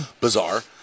Bizarre